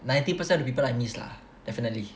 ninety percent of people I miss lah definitely